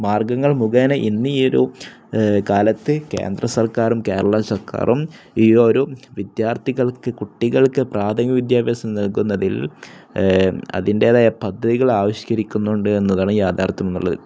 മാർഗ്ഗങ്ങൾ മുഖേന ഇന്ന് ഈയൊരുകാലത്ത് കേന്ദ്ര സർക്കാരും കേരള സർക്കാരും ഈയൊരു വിദ്യാർത്ഥികൾക്ക് കുട്ടികൾക്ക് പ്രാഥമിക വിദ്യാഭ്യാസം നൽകുന്നതിൽ അതിൻറ്റേതായ പദ്ധതികൾ ആവിഷ്കരിക്കുന്നുണ്ടെന്നതാണ് യാഥാർഥ്യമെന്നുള്ളത്